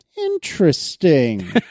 Interesting